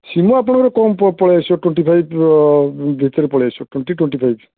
ସିମ୍ବ ଆପଣଙ୍କର କମ୍ ପଳାଇ ଆସିବ ଟ୍ୱେଣ୍ଟି ଫାଇବ୍ ଭିତରେ ପଳାଇ ଆସିବ ଟ୍ୱେଣ୍ଟି ଟ୍ୱେଣ୍ଟି ଫାଇବ୍